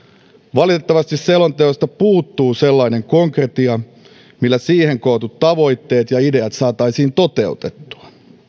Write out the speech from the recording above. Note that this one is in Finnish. valitettavasti selonteosta puuttuu sellainen konkretia millä siihen kootut tavoitteet ja ideat saataisiin toteutettua